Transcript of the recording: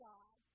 God